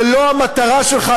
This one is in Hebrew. ולא המטרה שלך,